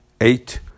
Eight